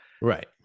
Right